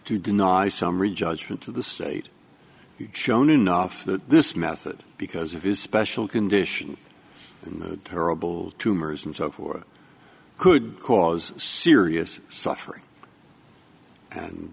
to deny summary judgment of the state shown enough that this method because of his special condition in the terrible tumors and so forth could cause serious suffering and